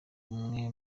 umwe